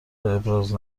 ابراز